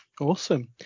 Awesome